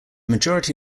majority